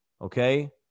Okay